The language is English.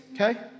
okay